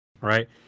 right